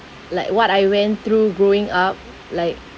like what I went through growing up like